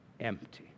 empty